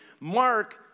Mark